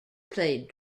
played